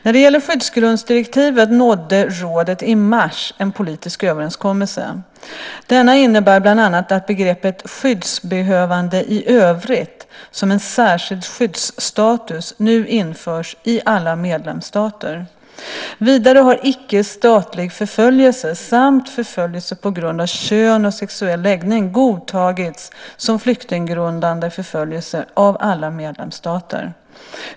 När det gäller skyddsgrundsdirektivet nådde rådet i mars en politisk överenskommelse. Denna innebär bland annat att begreppet "skyddsbehövande i övrigt" som en särskild skyddsstatus nu införs i alla medlemsstater. Vidare har icke-statlig förföljelse samt förföljelse på grund av kön och sexuell läggning godtagits som flyktinggrundande förföljelse av alla medlemsstater.